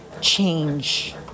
Change